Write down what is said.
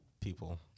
people